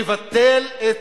תבטל את